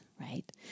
right